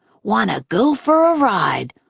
want to go for a ride.